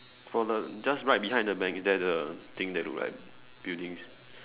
for the just right behind the bank is that the thing that look like buildings